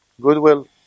Goodwill